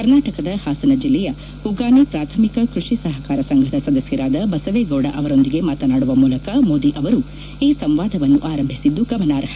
ಕರ್ನಾಟಕದ ಹಾಸನ ಜಿಲ್ಲೆಯ ಉಗಾನೆ ಪ್ರಾಥಮಿಕ ಕೃಷಿ ಸಹಕಾರ ಸಂಘದ ಸದಸ್ಯರಾದ ಬಸವೇಗೌಡ ಅವರೊಂದಿಗೆ ಮಾತನಾಡುವ ಮೂಲಕ ಮೋದಿ ಅವರು ಈ ಸಂವಾದವನ್ನು ಆರಂಭಿಸಿದ್ದು ಗಮನಾರ್ಹ